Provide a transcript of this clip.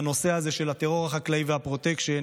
בנושא הזה של הטרור החקלאי והפרוטקשן,